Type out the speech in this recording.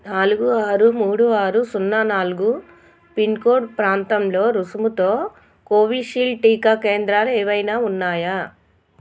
నాలుగు ఆరు మూడు ఆరు సున్నా నాలుగు పిన్కోడ్ ప్రాంతంలో రుసుముతో కోవిషీల్ట్ టీకా కేంద్రాలు ఏవైనా ఉన్నాయా